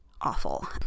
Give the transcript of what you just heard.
awful